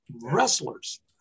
Wrestlers